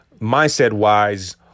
mindset-wise